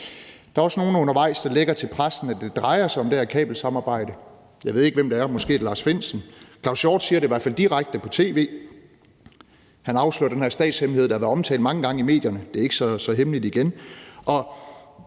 Der er også nogle undervejs, der lækker til pressen, at det drejer sig om det her kabelsamarbejde. Jeg ved ikke, hvem det er; måske er det Lars Findsen. Claus Hjort Frederiksen siger det i hvert fald direkte på tv, hvor han afslører den her statshemmelighed, der har været omtalt mange gange i medierne. Det er ikke så hemmeligt igen,